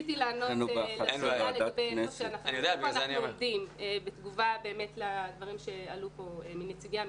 לומר איפה אנחנו עומדים בתגובה לדברים שעלו כאן על ידי המשרד.